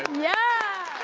yeah!